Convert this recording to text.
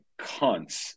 cunts